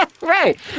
Right